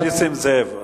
חבר הכנסת נסים זאב,